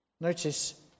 Notice